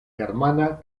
germana